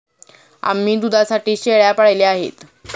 आम्ही दुधासाठी शेळ्या पाळल्या आहेत